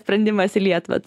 sprendimas į lietuvą